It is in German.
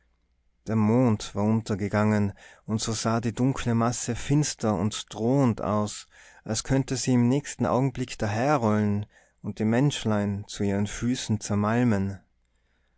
der mond war untergegangen und so sah die dunkle masse finster und drohend aus als könnte sie im nächsten augenblick daherrollen und die menschlein zu ihren füßen zermalmen